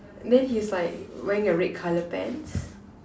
then he's like wearing a red colour pants